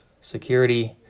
security